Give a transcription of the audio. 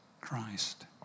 Christ